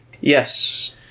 Yes